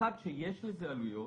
אחת, שיש לזה עלויות.